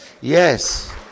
Yes